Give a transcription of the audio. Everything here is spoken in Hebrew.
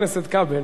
חבר הכנסת כבל.